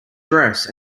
dress